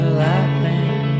laughing